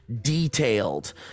detailed